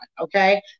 Okay